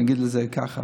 נגיד את זה ככה.